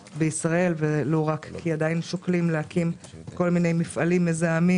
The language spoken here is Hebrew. ולו רק כי עדיין שוקלים להקים כל מיני מפעלים מזהמים